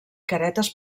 caretes